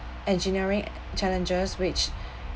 engineering challenges which